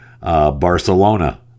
Barcelona